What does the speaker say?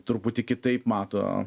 truputį kitaip mato